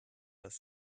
was